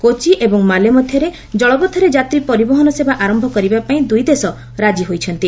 କୋଚି ଏବଂ ମାଲେ ମଧ୍ୟରେ ଜଳପଥରେ ଯାତ୍ରୀ ପରିବହନ ସେବା ଆରମ୍ଭ କରିବାପାଇଁ ଦୁଇ ଦେଶ ରାଜି ହୋଇଛନ୍ତି